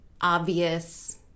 obvious